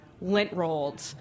lint-rolled